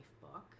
book